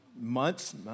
months